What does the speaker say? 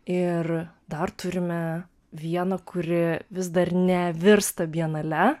ir dar turime vieną kuri vis dar nevirsta bienale